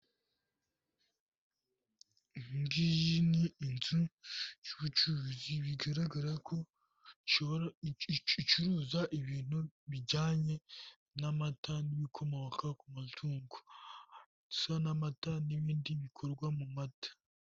Iyi ngiyi ni inzu y'ubucuruzi bigaragara ko ishobora icuruza ibintu bijyanye n'amata n'ibikomoka ku matungo. Bisa n'amata n'ibindi bikorwa mu mata.